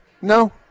No